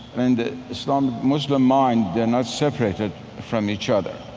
and the islam muslim mind, they're not separated from each other.